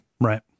right